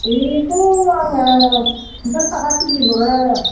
बेखौ आङो पनसाज थाखा किजि हरो